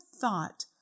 thought